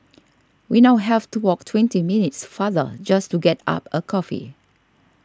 we now have to walk twenty minutes farther just to get up a coffee